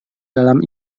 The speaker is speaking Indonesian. dalam